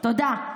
תודה.